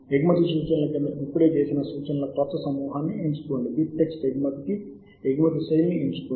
పేరు మార్చడానికి మీ డౌన్లోడ్ ఫోల్డర్కు వెళ్లండి అర్ధవంతమైనది గా ఫైల్ పేరు మార్చండి